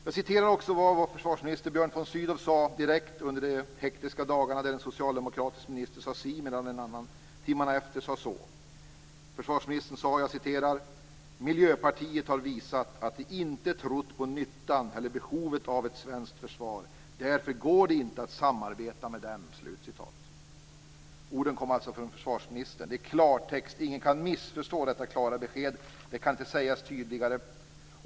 Jag citerar också vad försvarsminister Björn von Sydow sade direkt under de hektiska dagar då en socialdemokratisk minister sade si, medan en annan timmarna efter sade så. Försvarsministern sade: Miljöpartiet har visat att de inte trott på nyttan eller behovet av ett svenskt försvar. Därför går det inte att samarbeta med dem. Orden kom alltså från försvarsministern. Det är klartext. Ingen kan missförstå detta klara besked. Det kan inte sägas tydligare.